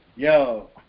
Yo